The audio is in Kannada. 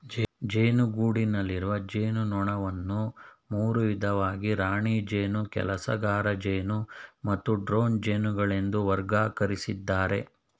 ಜೇನುಗೂಡಿನಲ್ಲಿರುವ ಜೇನುನೊಣವನ್ನು ಮೂರು ವಿಧವಾಗಿ ರಾಣಿ ಜೇನು ಕೆಲಸಗಾರಜೇನು ಮತ್ತು ಡ್ರೋನ್ ಜೇನುಗಳೆಂದು ವರ್ಗಕರಿಸಿದ್ದಾರೆ